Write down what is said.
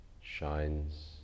shines